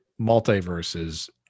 multiverses